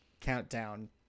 Countdown